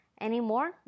anymore